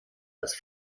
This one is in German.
als